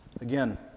Again